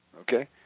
Okay